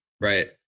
Right